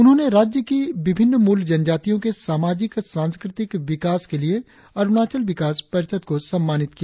उन्होंने राज्य की विभिन्न मूल जनजातियो के सामाजिक सांस्कृतिक विकास के लिए अरुणाचल विकास परिषद को सम्मानित किया